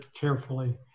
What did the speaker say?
carefully